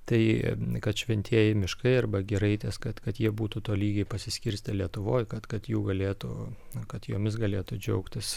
tai kad šventieji miškai arba giraitės kad kad jie būtų tolygiai pasiskirstę lietuvoj kad kad jų galėtų kad jomis galėtų džiaugtis